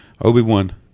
Obi-Wan